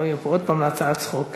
שלא יהיה עוד פעם הצעת צחוק.